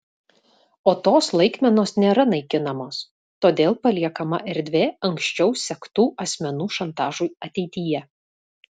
o tos laikmenos nėra naikinamos todėl paliekama erdvė anksčiau sektų asmenų šantažui ateityje